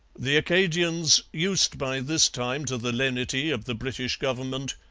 the acadians, used by this time to the lenity of the british government,